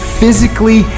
physically